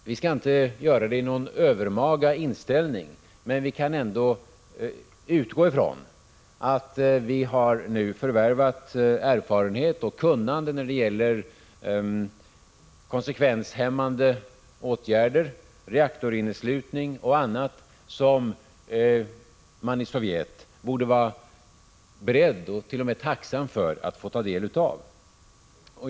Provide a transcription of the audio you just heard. Vi skall inte göra det med någon övermaga inställning, men vi kan ändå utgå ifrån att vi nu har förvärvat erfarenhet och kunnande när det gäller konsekvenshämmande åtgärder, reaktorinneslutning och annat, som man i Sovjet borde vara beredd och t.o.m. tacksam för att ta del av.